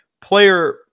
player